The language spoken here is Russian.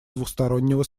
двустороннего